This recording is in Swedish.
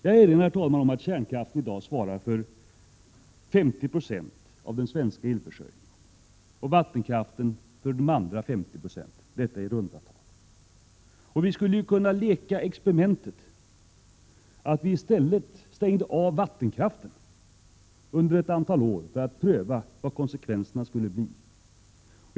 Jag erinrar om att kärnkraften i dag svarar för ca 50 90 av den svenska elförsörjningen och vattenkraften för de andra 50 procenten, detta i runda tal. Låt oss leka experimentet att vi stängde av vattenkraften under ett antal år för att pröva vilka konsekvenserna skulle bli.